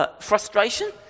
frustration